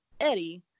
Eddie